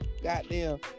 Goddamn